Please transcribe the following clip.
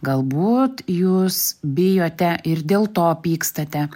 galbūt jūs bijote ir dėl to pykstate